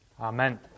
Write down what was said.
Amen